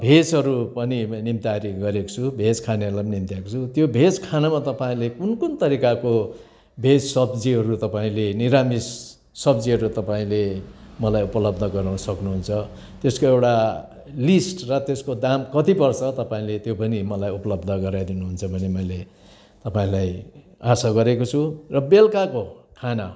भेजहरू पनि निम्तारी गरेको छु भेज खानेहरूलाई पनि निम्त्याएको छु त्यो भेज खानामा तपाईँहरूले कुन कुन तरिकाको भेज सब्जीहरू तपाईँले निरामिस सब्जीहरू तपाईँले मलाई उपलब्ध गराउन सक्नुहुन्छ त्यसको एउटा लिस्ट र त्यसको दाम कति पर्छ तपाईँले त्यो पनि मलाई उपलब्ध गराइदिनुहुन्छ भनी मैले तपाईँलाई आशा गरेको छु र बेलुकाको खाना